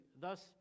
Thus